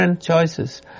choices